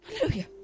Hallelujah